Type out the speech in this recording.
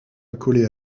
accolé